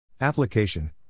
Application